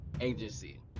agency